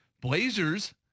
Blazers